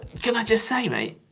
can i just say, mate?